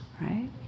right